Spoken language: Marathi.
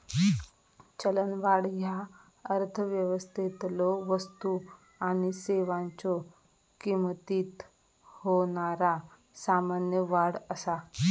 चलनवाढ ह्या अर्थव्यवस्थेतलो वस्तू आणि सेवांच्यो किमतीत होणारा सामान्य वाढ असा